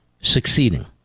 succeeding